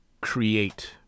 create